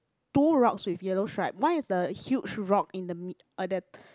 two rocks with yellow stripe one is the huge rock in the mid~ uh the